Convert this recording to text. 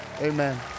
Amen